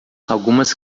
algumas